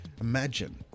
imagine